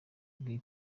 agomba